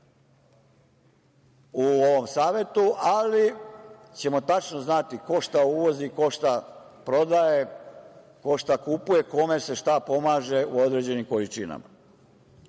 u ovom savetu, ali ćemo tačno znati ko što uvozi, ko šta prodaje, ko šta kupuje, kome se šta pomaže u određenim količinama,